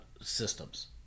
systems